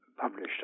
published